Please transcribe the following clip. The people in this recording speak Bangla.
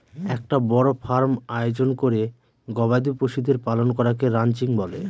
একটা বড় ফার্ম আয়োজন করে গবাদি পশুদের পালন করাকে রানচিং বলে